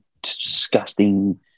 disgusting